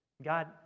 God